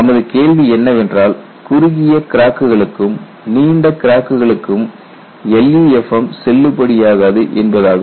நமது கேள்வி என்னவென்றால் குறுகிய கிராக்குகளுக்கும் நீண்ட கிராக்குகளுக்கும் LEFM செல்லுபடியாகாது என்பதாகும்